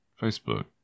Facebook